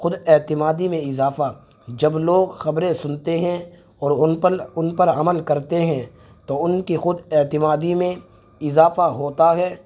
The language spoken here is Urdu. خود اعتمادی میں اضافہ جب لوگ خبریں سنتے ہیں اور ان پر ان پر عمل کرتے ہیں تو ان کی خود اعتمادی میں اضافہ ہوتا ہے